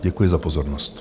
Děkuji za pozornost.